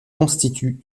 constitue